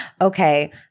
Okay